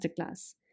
Masterclass